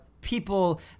people